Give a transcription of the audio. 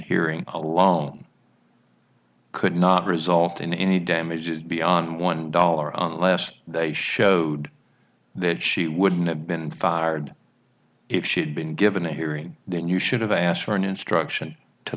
hearing alone could not result in any damages beyond one dollar unless they showed that she wouldn't have been fired if she had been given a hearing then you should have asked for an instruction to